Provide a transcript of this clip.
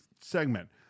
segment